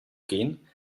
gehen